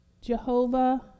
Jehovah